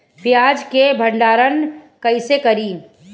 प्याज के भंडारन कईसे करी?